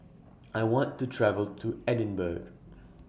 I want to travel to Edinburgh